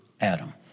Adam